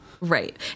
Right